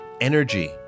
Energy